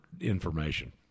information